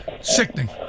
Sickening